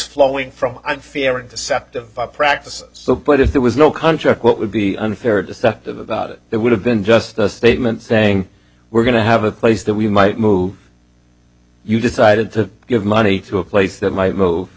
flowing from unfair and deceptive practices so but if there was no contract what would be unfair deceptive about it there would have been just a statement saying we're going to have a place that we might move you decided to give money to a place that might move